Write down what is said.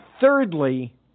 thirdly